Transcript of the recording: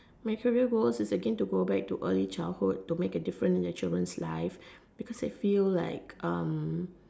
my career goals is again to go back to early childhood to make a difference in the children lives because it feel like um